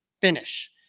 finish